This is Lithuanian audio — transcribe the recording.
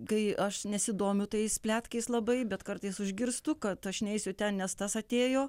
kai aš nesidomiu tais pletkais labai bet kartais užgirstu kad aš neisiu ten nes tas atėjo